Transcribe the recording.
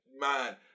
man